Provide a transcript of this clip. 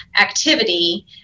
activity